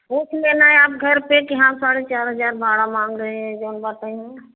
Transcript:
पूछ लेना आप घर पर कि हम साढ़े चार हजार भाड़ा माँग रहे हैं जोन बा तोन